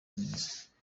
neza